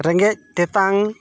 ᱨᱮᱸᱜᱮᱡ ᱛᱮᱛᱟᱝ